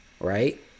right